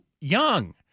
young